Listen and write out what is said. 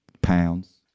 Pounds